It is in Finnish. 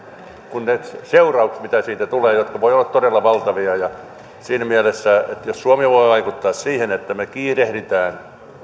ne seuraukset mitä siitä tulee jotka voivat olla todella valtavia ja siinä mielessä se jos suomi voi vaikuttaa siihen että kiirehditään